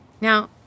Now